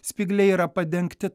spygliai yra padengti